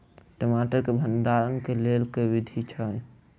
टमाटर केँ भण्डारण केँ लेल केँ विधि छैय?